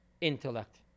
intellect